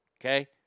okay